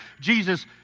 Jesus